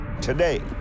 Today